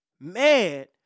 Mad